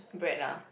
bread ah